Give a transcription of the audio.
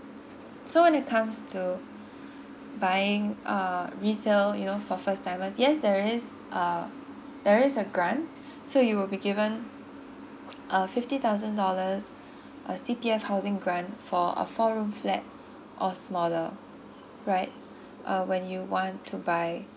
so when it comes to buying a resale you know for first timers yes there is uh there is a grant so you will be given a fifty thousand dollars uh C_P_F housing grant for a four room flat or smaller right uh when you want to buy